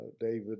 David